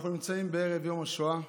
אנחנו נמצאים בערב יום השואה.